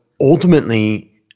ultimately